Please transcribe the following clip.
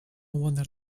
wonder